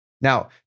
Now